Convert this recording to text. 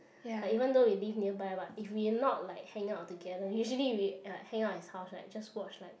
like even though we live nearby but if we not like hanging out together usually we like usually hang out at his house right just watch like